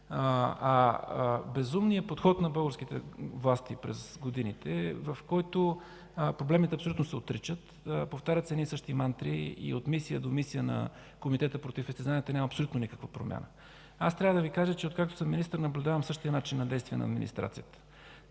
а безумният подход на българските власти през годините, в който проблемите абсолютно се отричат, повтарят се едни и същи мантри и от мисия до мисия на Комитета против изтезанията няма абсолютно никаква промяна. Трябва да Ви кажа, че откакто съм министър наблюдавам същия начин на действия на магистратите.